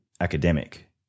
academic